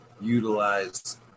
utilize